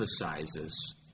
emphasizes